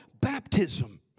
baptism